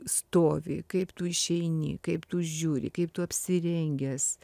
stovi kaip tu išeini kaip tu žiūri kaip tu apsirengęs